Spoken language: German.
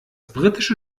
britische